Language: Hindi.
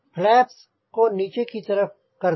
फ्लैप्स को नीचे की तरफ कर दें